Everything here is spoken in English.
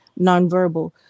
nonverbal